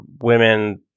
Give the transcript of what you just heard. women